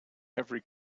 every